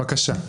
בבקשה.